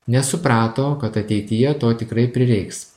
nes suprato kad ateityje to tikrai prireiks